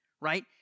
right